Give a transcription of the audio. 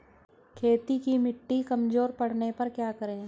खेत की मिटी कमजोर पड़ने पर क्या करें?